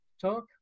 talk